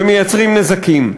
ומייצרים נזקים.